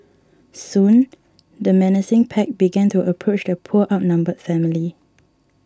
soon the menacing pack began to approach the poor outnumbered family